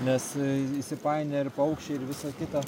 nes įsipainioja ir paukščiai ir visa kita